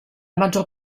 maggior